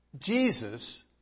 Jesus